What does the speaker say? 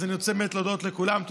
אני רוצה באמת להודות לכולם.